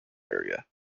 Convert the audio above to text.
area